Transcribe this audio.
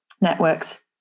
networks